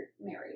married